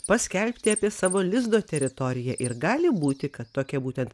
paskelbti apie savo lizdo teritoriją ir gali būti kad tokia būtent